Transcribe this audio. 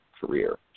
career